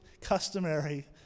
customary